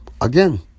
Again